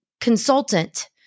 consultant